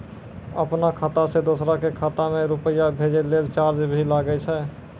आपनों खाता सें दोसरो के खाता मे रुपैया भेजै लेल चार्ज भी लागै छै?